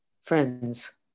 friends